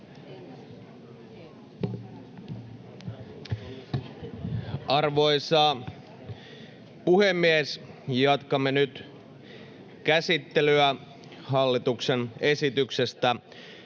Arvoisa puhemies! Jatkamme nyt käsittelyä hallituksen esityksestä